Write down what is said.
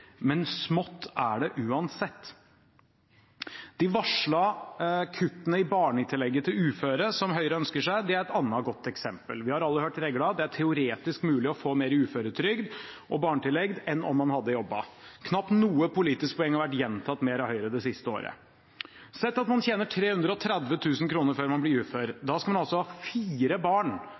men smått er det uansett. De varsla kuttene i barnetillegget for uføre, som Høyre ønsker seg, er et annet godt eksempel. Vi har alle hørt regla: Det er teoretisk mulig å få mer i uføretrygd og barnetillegg enn om man hadde jobbet. Knapt noe politisk poeng har vært gjentatt mer av Høyre det siste året. Sett at man tjener 330 000 kr før man blir ufør. Da skal man altså ha fire barn